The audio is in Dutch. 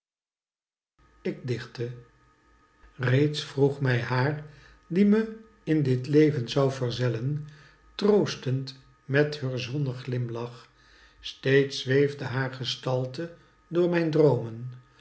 ik dichtte reeds vroeg mij haar die me in dit leven zou verzellen troostend met heur zonneglimlach steeds zweefde haar gestalte door mijn droomen